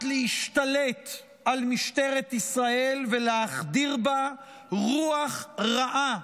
להשתלט על משטרת ישראל ולהחדיר בה רוח רעה,